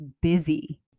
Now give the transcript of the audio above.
busy